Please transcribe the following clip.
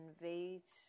invades